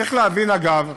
צריך להבין, אגב,